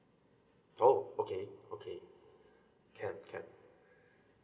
oh okay okay can can